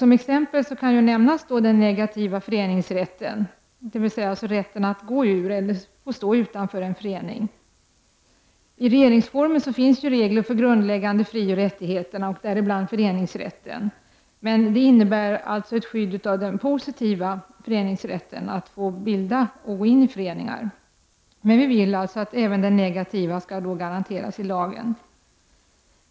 Som exempel kan nämnas den negativa föreningsrätten, dvs. rätten att gå ur eller stå utanför en förening. I regeringsformen finns det regler för de grundläggande frioch rättigheterna. Det gäller då bl.a. föreningsrätten. Det innebär ett skydd av den positiva föreningsrätten, alltså att få bilda eller gå med i föreningar. Men vi vill att även den negativa föreningsrätten skall garanteras i lagen.